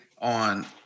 on